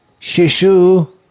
Shishu